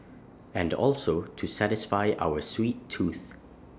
and also to satisfy our sweet tooth